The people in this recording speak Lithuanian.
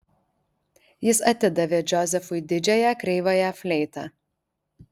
jis atidavė džozefui didžiąją kreivąją fleitą